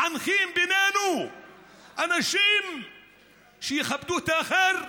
מחנכים בינינו אנשים שיכבדו את האחר,